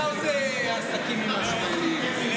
אתה עושה עסקים עם הישמעאלים.